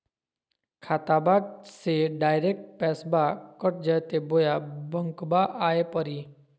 खाताबा से डायरेक्ट पैसबा कट जयते बोया बंकबा आए परी?